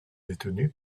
détenu